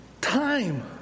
Time